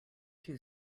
two